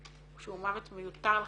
שהוא מוות מיותר לחלוטין.